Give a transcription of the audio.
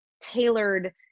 tailored